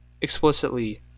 explicitly